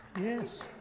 Yes